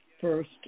first